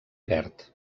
verd